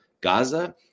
gaza